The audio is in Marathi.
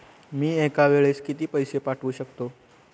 मी एका वेळेस किती पैसे पाठवू शकतो?